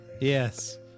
Yes